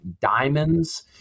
diamonds